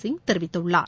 சிங் தெரிவித்துள்ளார்